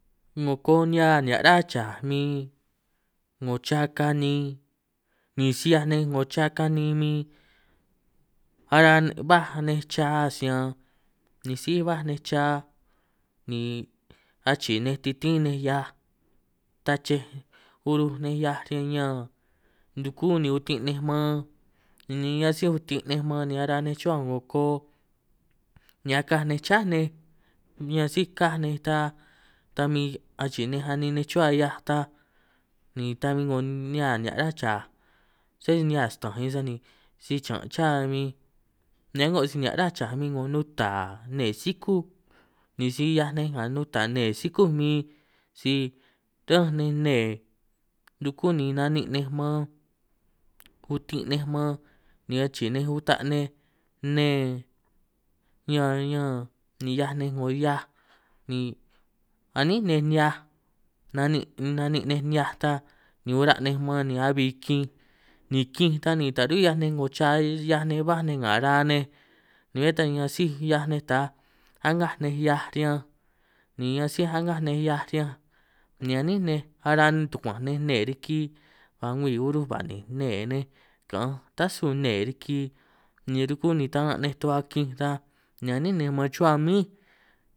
'Ngo koo' nihia' ráj chaj min 'ngo cha kanin, ni si 'hiaj nej 'ngo cha kanin min ara baj nej cha snian, ni si baj nej cha ni achii' nej titín nej hiaaj tachej uruj nej hiaaj riñan ñaan, rukú ni utin' nej man ni a si asij utin' ni man ni ara nej chuhua 'ngo koo, ni akaj nej chá nej nian sí kaj nej ta ta min achii nej anin nej chuhua hiaaj ta, ni ta min 'ngo nihia' ráj chaj, sé nihia sta'anj huin, sani si chiñan' cha huin ni a'ngo si nihia' ráj chaj huin 'ngo nuta nnee sikúj, ni si 'hiaj nej nga nuta nnee sikúj huin si ránj nej nnee, dukú ni na'nin' nej man utin' nej man ni achii nej uta nej nne, ñan ñan ni 'hiaj nej 'ngo hiaaj ní a'nín nej nihiaj nanin' nanin' nej nihiaj ta ni ura' nej man ni abi kinj, ni kinj ta ni taj run' 'hiaj nej 'ngo cha 'hiaj nej baj nej nga ra'a nej, ni bé ta ñan síj 'hiaj nej ta a'ngaj nej hiaj riñanj ni ñan síj a'ngaj nej hiaaj riñanj, ni a'nín nej ara tukuanj nej nne riki, ba ngwii uruj ba'ninj nnee nej, kaanj tasu nnee riki, ni ruku ni taran nej tu'hua kinj ta ni a'nín nej man chuhua mín.